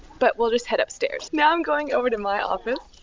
but we'll just head upstairs. now i'm going over to my office.